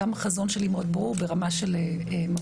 גם החזון שלי מאוד ברור ברמה של מפות,